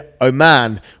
Oman